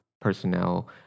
personnel